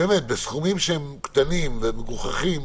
מה שמאוד חשוב לחברות האלה זה להתחרות בדיוק באותה